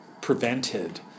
prevented